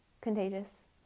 contagious